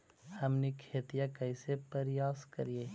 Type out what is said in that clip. हमनी खेतीया कइसे परियास करियय?